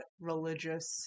religious